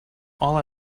all